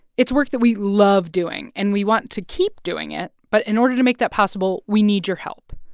it's work that we love doing, and we want to keep doing it. but in order to make that possible, we need your help.